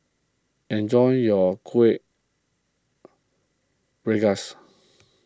enjoy your Kuih Rengas